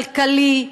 כלכלי,